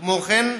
כמו כן,